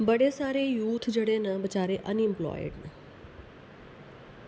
बड़े सारे यूथ जेह्ड़े न बेचारे अनइम्पलायड न